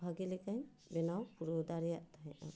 ᱵᱷᱟᱹᱜᱤ ᱞᱮᱠᱟᱧ ᱵᱮᱱᱟᱣ ᱯᱩᱨᱟᱹᱣ ᱫᱟᱲᱮᱭᱟᱫ ᱛᱟᱦᱮᱸᱫᱼᱟ